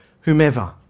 whomever